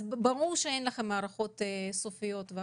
ברור שאין לכם הערכות סופיות,